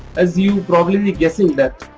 as you probably be guessing that.